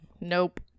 Nope